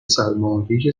سرمایهی